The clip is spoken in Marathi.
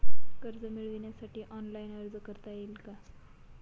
कर्ज मिळविण्यासाठी ऑनलाइन अर्ज करता येईल का?